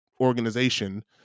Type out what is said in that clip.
organization